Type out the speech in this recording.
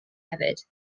hefyd